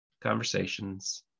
conversations